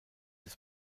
des